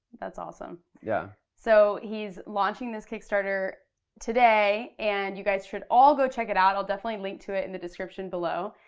that's awesome. yeah. so he's launching this kickstarter today and you guys should all go check it out, i'll definitely link to it in the description below.